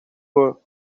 well